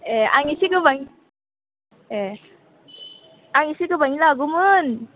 ए आं इसे गोबां ए आं इसे गोबाङै लागौमोन